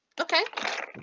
Okay